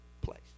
place